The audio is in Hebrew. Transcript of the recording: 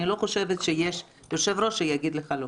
אני לא חושבת שיש יושב-ראש שיגיד לך לא.